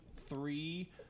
three